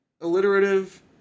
alliterative